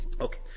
Okay